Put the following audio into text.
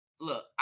look